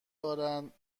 دارند